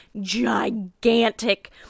gigantic